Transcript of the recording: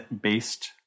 based